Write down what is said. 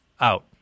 out